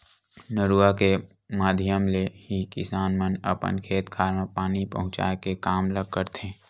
नरूवा के माधियम ले ही किसान मन अपन खेत खार म पानी पहुँचाय के काम ल करथे